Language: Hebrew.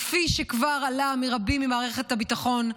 כפי שכבר עלה מרבים ממערכת הביטחון,